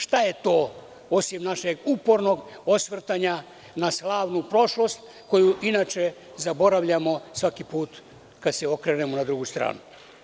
Šta je to, osim našeg upornog osvrtanja na slavnu prošlost koju zaboravljamo svaki put kada se okrenemo na drugu stranu?